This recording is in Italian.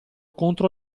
contro